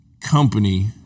company